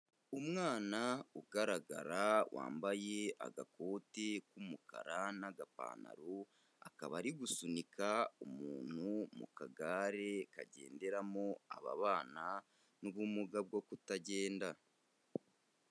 Umwana ugaragara wambaye agakoti k'umukara n'agapantaro, akaba ari gusunika umuntu mu kagare kagenderamo ababana n'ubumuga bwo kutagenda.